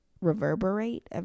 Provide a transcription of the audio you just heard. reverberate